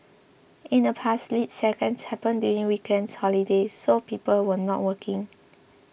in the past leap seconds happened during weekends holidays so people were not working